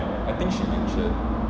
I think she mentioned